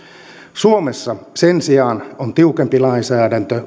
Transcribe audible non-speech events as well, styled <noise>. suomessa sen sijaan on tiukempi lainsäädäntö <unintelligible>